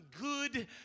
good